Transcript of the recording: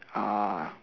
uh